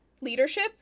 leadership